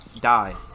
die